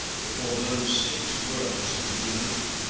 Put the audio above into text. before those six words could be written.